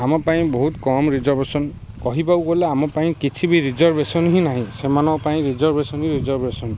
ଆମ ପାଇଁ ବହୁତ କମ୍ ରିଜର୍ଭେସନ୍ କହିବାକୁ ଗଲେ ଆମ ପାଇଁ କିଛି ବି ରିଜର୍ଭେସନ୍ ହିଁ ନାହିଁ ସେମାନଙ୍କ ପାଇଁ ରିଜର୍ଭେସନ୍ ହିଁ ରିଜର୍ଭେସନ୍